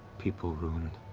people ruined.